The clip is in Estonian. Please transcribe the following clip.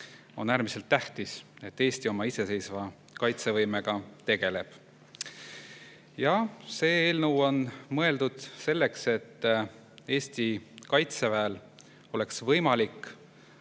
on äärmiselt tähtis, et Eesti oma iseseisva kaitsevõimega tegeleb. See eelnõu on mõeldud selleks, et Eesti Kaitseväel oleks võimalik